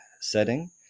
setting